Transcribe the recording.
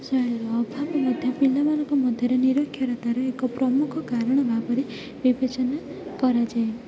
ଅଭାବ ମଧ୍ୟ ପିଲାମାନଙ୍କ ମଧ୍ୟରେ ନିରକ୍ଷରତାର ଏକ ପ୍ରମୁଖ କାରଣ ଭାବରେ ବିବେଚନା କରାଯାଏ